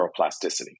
neuroplasticity